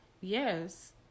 yes